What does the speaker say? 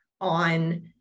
on